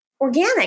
organic